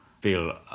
feel